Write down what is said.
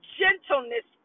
gentleness